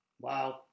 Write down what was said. Wow